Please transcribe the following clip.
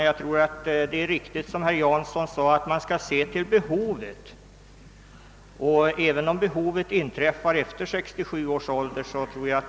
Jag tror det är riktigt, som herr Jansson sade, att vi måste se till behovet, även om behovet uppstår efter 67 års ålder.